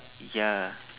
ya